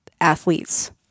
athletes